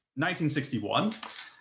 1961